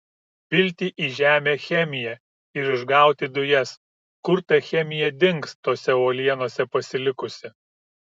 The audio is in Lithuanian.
pilti į žemę chemiją ir išgauti dujas kur ta chemija dings tose uolienose pasilikusi